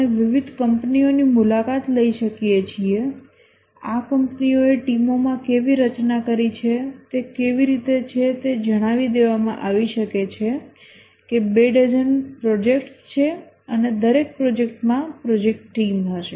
આપણે વિવિધ કંપનીઓની મુલાકાત લઈ શકીએ છીએ આ કંપનીઓએ ટીમોમાં કેવી રચના કરી છે તે કેવી રીતે છે તે જણાવી દેવામાં આવી શકે છે કે બે ડઝન પ્રોજેક્ટ્સ છે અને દરેક પ્રોજેક્ટમાં પ્રોજેક્ટ ટીમ હશે